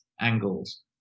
angles